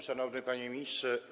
Szanowny Panie Ministrze!